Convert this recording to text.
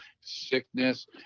sickness